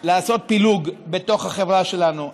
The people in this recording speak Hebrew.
לעשות פילוג בתוך החברה שלנו.